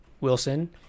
Wilson